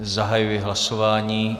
Zahajuji hlasování.